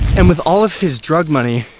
and with all of his drug money,